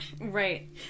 Right